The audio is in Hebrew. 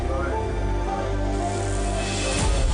בסיבוב הזה מישהו נכנס בעמוד חשמל.